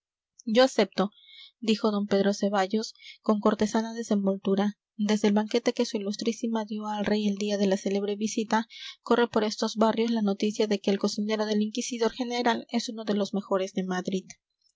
yo acepto dijo d pedro ceballos con cortesana desenvoltura desde el banquete que su ilustrísima dio al rey el día de la célebre visita corre por estos barrios la noticia de que el cocinero del inquisidor general es uno de los mejores de madrid